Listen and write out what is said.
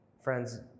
Friends